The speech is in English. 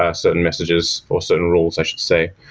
ah certain messages, or certain rules i should say,